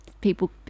people